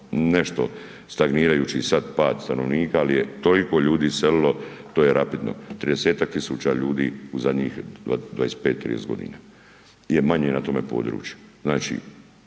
nešto stagnirajući sad pad stanovnika, al je toliko ljudi iselilo, to je rapidno, 30-tak tisuća ljudi u zadnjih 25-30.g. je manje na tome području.